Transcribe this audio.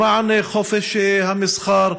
למען חופש המסחר,